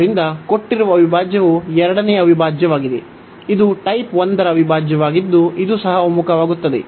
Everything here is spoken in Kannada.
ಆದ್ದರಿಂದ ಕೊಟ್ಟಿರುವ ಅವಿಭಾಜ್ಯವು ಎರಡನೆಯ ಅವಿಭಾಜ್ಯವಾಗಿದೆ ಇದು ಟೈಪ್ 1 ಅವಿಭಾಜ್ಯವಾಗಿದ್ದು ಇದು ಸಹ ಒಮ್ಮುಖವಾಗುತ್ತದೆ